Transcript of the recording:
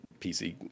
PC